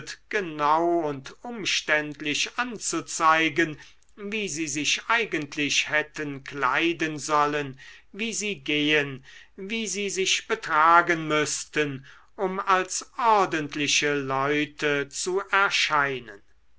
genau und umständlich anzuzeigen wie sie sich eigentlich hätten kleiden sollen wie sie gehen wie sie sich betragen müßten um als ordentliche leute zu erscheinen